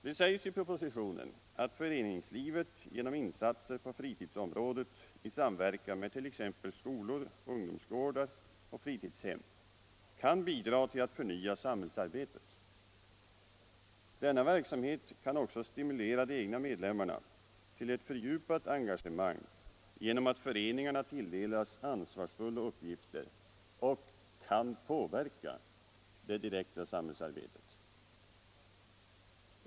Det sägs i propositionen att föreningslivet genom insatser på fritidsområdet i samverkan med t.ex. skolor, ungdomsgårdar och fritidshem kan bidra till att förnya samhällsarbetet. Denna verksamhet kan också stimulera de egna medlemmarna till ett fördjupat engagemang genom att föreningarna tilldelas ansvarsfulla uppgifter och kan påverka det direkta samhällsarbetet.